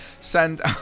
Send